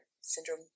syndrome